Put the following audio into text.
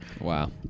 wow